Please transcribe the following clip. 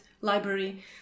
library